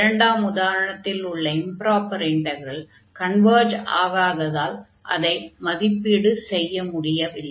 இரண்டாம் உதாரணத்தில் உள்ள இம்ப்ராப்பர் இன்டக்ரல் கன்வர்ஜ் ஆகாததால் அதை மதிப்பீடு செய்ய முடியவில்லை